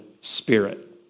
spirit